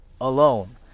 alone